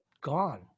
gone